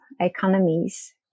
economies